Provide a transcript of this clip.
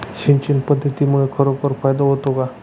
सिंचन पद्धतीमुळे खरोखर फायदा होतो का?